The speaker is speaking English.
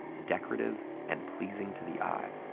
decorative and pleasing to the eye.